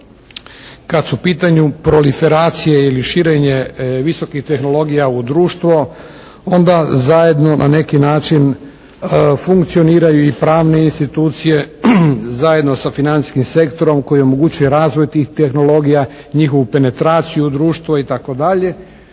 kad su u pitanju proliferacije ili širenje visokih tehnologija u društvo onda zajedno na neki način funkcioniraju i pravne institucije zajedno sa financijskim sektorom koji omoguće razvoj tih tehnologija, njihovu penetraciju u društvo itd.